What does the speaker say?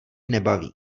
nebaví